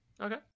Okay